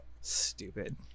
Stupid